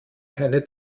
keine